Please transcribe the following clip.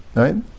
right